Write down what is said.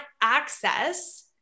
access